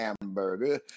hamburger